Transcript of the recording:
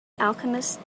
alchemist